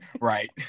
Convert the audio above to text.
Right